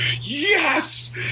yes